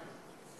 אותם.